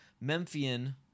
Memphian